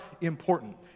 important